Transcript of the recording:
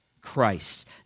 Christ